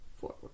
forward